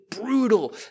brutal